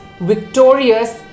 victorious